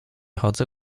chodzę